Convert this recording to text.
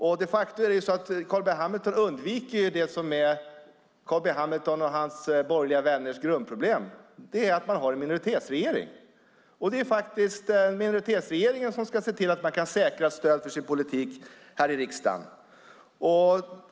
Carl B Hamilton undviker de facto det som är hans och hans borgerliga vänners grundproblem, nämligen att man har en minoritetsregering. Det är minoritetsregeringen som ska se till att säkra stödet för sin politik i riksdagen.